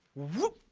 woo